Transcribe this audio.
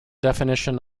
definition